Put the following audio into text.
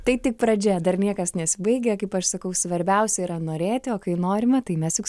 tai tik pradžia dar niekas nesibaigia kaip aš sakau svarbiausia yra norėti o kai norima tai mes juk